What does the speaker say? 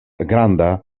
granda